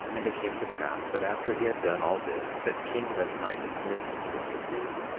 and it came to pass that after he had done all this, that king limhi dismissed the multitude,